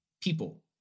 people